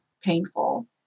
painful